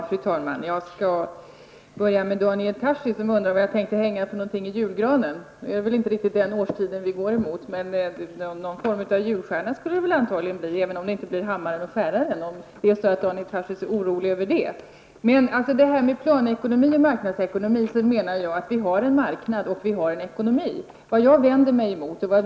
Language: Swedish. Fru talman! Daniel Tarschys undrade vad jag tänker hänga i julgranen. Det är inte riktigt den årstiden vi går emot, men någon form av julstjärna skall det väl antagligen bli, även om det inte blir hammaren och skäran, om nu Daniel Tarschys är orolig för det. När det gäller frågan om planekonomi eller marknadsekonomi menar jag att vi har en marknad och att vi har en ekonomi.